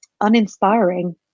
uninspiring